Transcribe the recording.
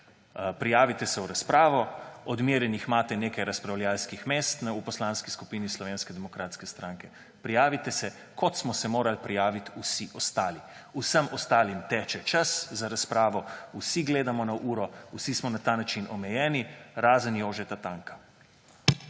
prijavite se v razpravo. Odmerjenih imate nekaj razpravljavskih mest v Poslanski skupini Slovenske demokratske stranke. Prijavite se, kot smo se morali prijaviti vsi ostali. Vsem ostalim teče čas za razpravo, vsi gledamo na uro, vsi smo na ta način omejeni, razen Jožeta Tanka.